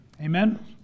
Amen